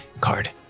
Card